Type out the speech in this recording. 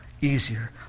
easier